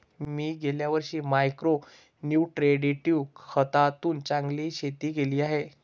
मी गेल्या वर्षी micro nutritive खतातून चांगले शेती केली आहे